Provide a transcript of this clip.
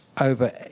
over